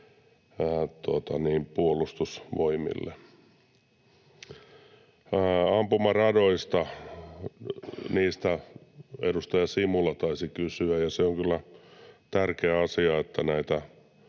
puolustusvoimille. Ampumaradoista edustaja Simula taisi kysyä, ja se on kyllä tärkeä asia, että